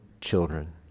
children